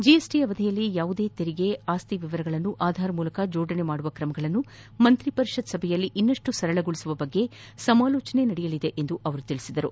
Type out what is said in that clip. GST ಅವಧಿಯಲ್ಲಿ ಯಾವುದೇ ತೆರಿಗೆ ಆಸ್ತಿ ವಿವರಗಳನ್ನು ಆಧಾರ್ ಮೂಲಕ ಜೋಡಣೆ ಮಾಡುವ ಕ್ರಮಗಳನ್ನು ಮಂತ್ರಿ ಪರಿಷತ್ ಸಭೆಯಲ್ಲಿ ಇನ್ನಷ್ಟು ಸರಳಗೊಳಿಸುವ ಬಗ್ಗೆ ಸಮಾಲೋಚನೆ ನಡೆಯಲಿದೆ ಎಂದು ಅವರು ತಿಳಿಸಿದರು